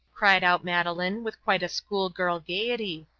cried out madeleine, with quite a schoolgirl gaiety,